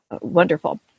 wonderful